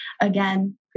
again